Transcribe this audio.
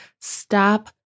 stop